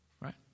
right